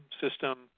system